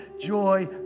joy